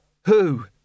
Who